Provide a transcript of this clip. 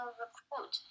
recruit